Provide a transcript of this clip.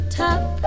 top